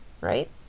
Right